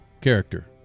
Character